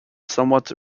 somewhat